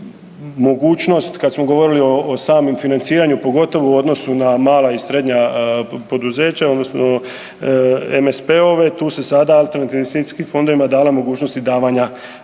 mogućnost kad smo govorili o samom financiranju pogotovo u odnosu na mala i srednja poduzeća odnosno MSP-ove tu se sada alternativnim investicijskim fondovima dala mogućnost i davanja zajma,